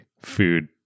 food